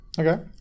Okay